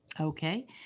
Okay